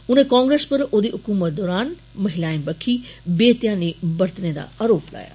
उनें कांग्रेस पर ओदी हकूमत दौरान महिलाएं बक्खी बेध्यानी करने दा आरोप लाया